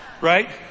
Right